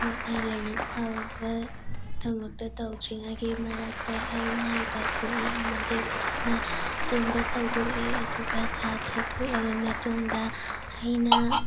ꯍꯣꯏ ꯑꯩ ꯂꯥꯏꯔꯤꯛ ꯄꯥꯕ ꯊꯕꯛꯇꯣ ꯇꯧꯗ꯭ꯔꯤꯉꯥꯏꯒꯤ ꯃꯔꯛꯇ ꯑꯩ ꯃꯥꯏ ꯇꯥꯊꯣꯛꯏ ꯑꯃꯗꯤ ꯕ꯭ꯔꯁꯅ ꯆꯤꯡꯕ ꯇꯧꯊꯣꯛꯏ ꯑꯗꯨꯒ ꯆꯥ ꯊꯛꯇꯣꯛꯂꯕ ꯃꯇꯨꯡꯗ ꯑꯩꯅ